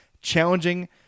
challenging